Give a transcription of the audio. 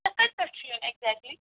تۄہہِ کَتہِ پیٚٹھ چھُ یُن ایٚگزیٹلی